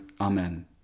Amen